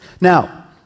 Now